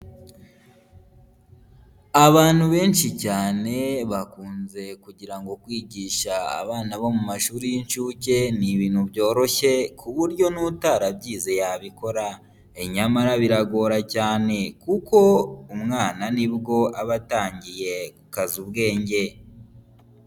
Abantu benshi cyane bakunze kugira ngo kwigisha abana bo mu mashuri y'inshuke ni ibintu byoroshye ku buryo n'utarabyize yabikora, nyamara biragora cyane kuko umwana nibwo aba atangiye gukaza ubwenge.